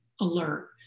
alert